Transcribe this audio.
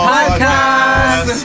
Podcast